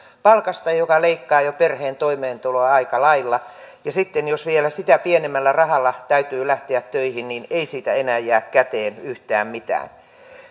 palkasta mikä leikkaa jo perheen toimeentuloa aika lailla ja sitten jos vielä sitä pienemmällä rahalla täytyy lähteä töihin niin ei siitä enää jää käteen yhtään mitään